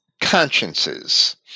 consciences